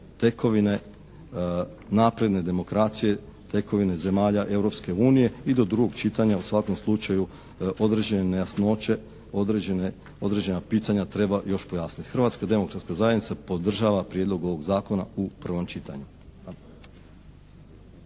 tekovine napredne demokracije, tekovine zemalja Europske unije i do drugog čitanja, u svakom slučaju, određene nejasnoće, određena pitanja treba još pojasniti. Hrvatska demokratska zajednica podržava Prijedlog ovog Zakona u prvom čitanju.